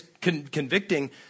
convicting